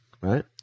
right